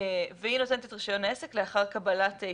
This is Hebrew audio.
והיא נותנת את רישיון העסק לאחר קבלת התייחסות,